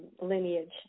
lineage